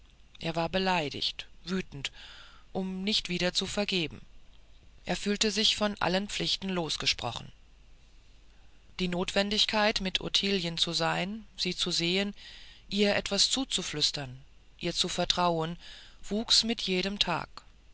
er war beleidigt wütend um nicht wieder zu vergeben er fühlte sich von allen pflichten losgesprochen die notwendigkeit mit ottilien zu sein sie zu sehen ihr etwas zuzuflüstern ihr zu vertrauen wuchs mit jedem tage